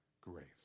grace